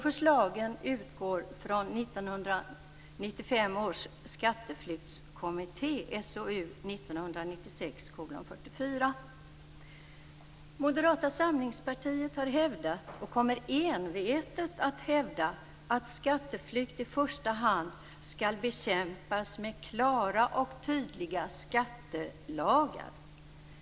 Förslagen utgår från 1995 års skatteflyktskommitté, SoU Moderata samlingspartiet har hävdat, och kommer envetet att hävda, att skatteflykt i första hand skall bekämpas med klara och tydliga skattelagar.